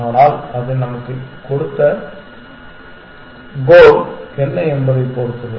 ஆனால் அது நமக்கு நீங்கள் கொடுத்த கோல் என்ன என்பதைப் பொறுத்தது